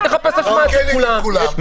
אל תחפש אשמה אצל כולם.